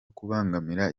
kubangamira